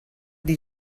did